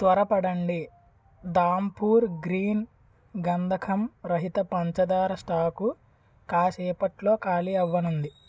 త్వరపడండి ధాంపూర్ గ్రీన్ గంధకం రహిత పంచదార స్టాకు కాసేపట్లో ఖాళీ అవ్వనుంది